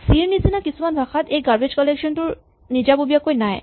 C ৰ নিচিনা কিছুমান ভাযাত এই গাৰবেজ কলেকচন টো নিজাববীয়াকৈ নাই